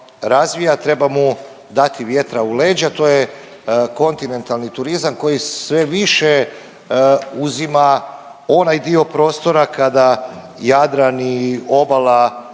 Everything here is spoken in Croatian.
Treba mu dati vjetra u leđa, to je kontinentalni turizam koji sve više uzima onaj dio prostora kada Jadran i obala